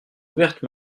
ouverte